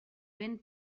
ben